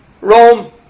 Rome